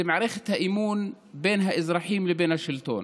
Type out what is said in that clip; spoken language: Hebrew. זה מערכת האמון בין האזרחים לבין השלטון.